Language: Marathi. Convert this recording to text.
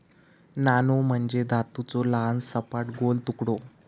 नाणो म्हणजे धातूचो लहान, सपाट, गोल तुकडो